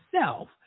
self